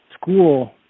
school